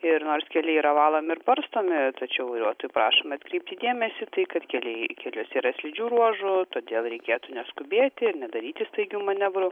ir nors keliai yra valomi ir barstomi tačiau vairuotojų prašom atkreipti dėmesį į tai kad keliai keliuose yra slidžių ruožų todėl reikėtų neskubėti ir nedaryti staigių manevrų